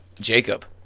Jacob